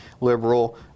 Liberal